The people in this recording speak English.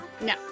No